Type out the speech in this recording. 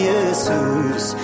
Jesus